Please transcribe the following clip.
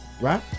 right